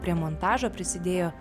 prie montažo prisidėjo